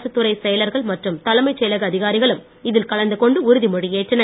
அரசுத்துறைச் செயலர்கள் மற்றும் தலைமைச் செயலக அதிகாரிகளும் இதில் கலந்துகொண்டு உறுதிமொழி ஏற்றனர்